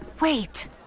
Wait